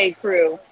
crew